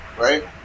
right